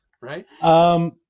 Right